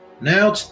Now